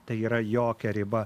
tai yra jokia riba